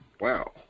Wow